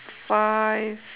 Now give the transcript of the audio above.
five